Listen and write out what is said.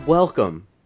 Welcome